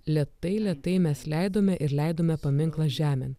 lėtai lėtai mes leidome ir leidome paminklą žemėn